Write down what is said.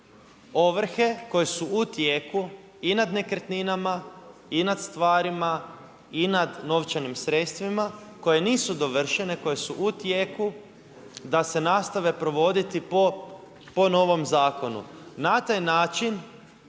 ovrhe koje su u tijeku i nad nekretninama i nad stvarima i nad novčanim sredstvima koje nisu dovršene koje su u tijeku, da se nastave provoditi po novome zakonu. Na taj način,